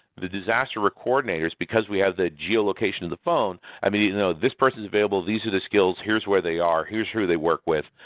the disaster ah coordinators, because we have the geolocation of the phone, and you know this person is available. these are the skills. here is where they are. here are who they work with,